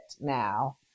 now